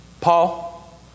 Paul